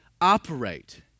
operate